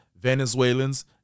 Venezuelans